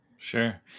Sure